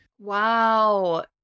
Wow